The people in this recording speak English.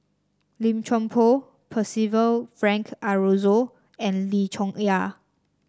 Lim Chuan Poh Percival Frank Aroozoo and Lim Chong Yah